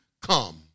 come